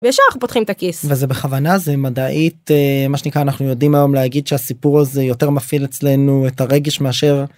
וישר אנחנו פותחים את הכיס. וזה בכוונה? זה מדעית מה שנקרא אנחנו יודעים היום להגיד שהסיפור הזה יותר מפעיל אצלנו את הרגש מאשר.